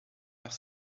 leur